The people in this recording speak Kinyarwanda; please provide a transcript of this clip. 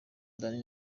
danny